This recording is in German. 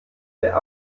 der